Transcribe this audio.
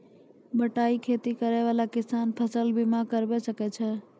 बटाई खेती करै वाला किसान फ़सल बीमा करबै सकै छौ?